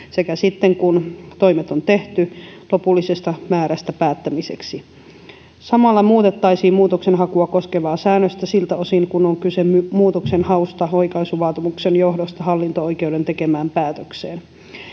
sekä sitten kun toimet on tehty lopullisesta määrästä päättämiseksi samalla muutettaisiin muutoksenhakua koskevaa säännöstä siltä osin kuin on kyse muutoksenhausta oikaisuvaatimuksen johdosta hallinto oikeuden tekemään päätökseen